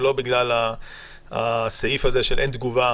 ולא בגלל הסעיף הזה של אין תגובה